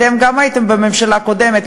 אתם גם הייתם בממשלה הקודמת,